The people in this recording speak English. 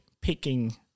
picking